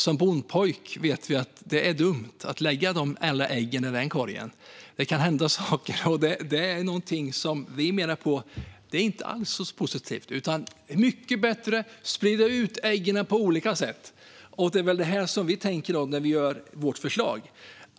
Som bondpojk vet jag att det är dumt att lägga alla äggen i en korg. Det kan hända saker. Det är något som vi menar inte alls är positivt. Det är mycket bättre att sprida ut äggen på olika sätt. Det är väl det vi tänker när vi lägger vårt förslag.